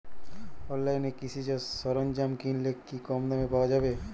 অনলাইনে কৃষিজ সরজ্ঞাম কিনলে কি কমদামে পাওয়া যাবে?